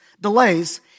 delays